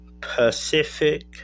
Pacific